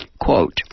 quote